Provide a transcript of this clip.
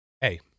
Hey